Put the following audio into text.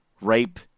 rape